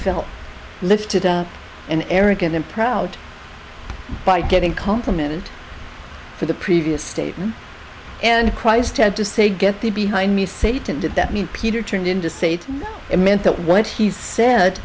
felt lifted up and arrogant and proud by giving compliment for the previous statement and christ had to say get thee behind me satan did that mean peter turned into state it meant that what he's said